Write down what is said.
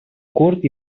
curt